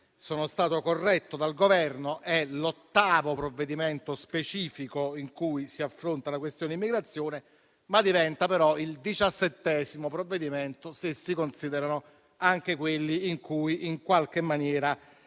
sono stato corretto dal Governo: è l'ottavo provvedimento specifico in cui si affronta la questione immigrazione, ma diventa il diciassettesimo, se si considerano anche quelli in cui la vicenda